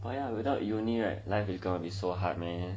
well ya without uni right life is gonna be so hard man